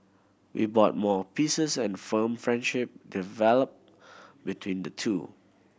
he bought more pieces and firm friendship developed between the two